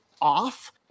off